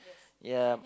ya